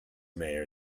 mayor